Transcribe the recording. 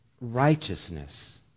righteousness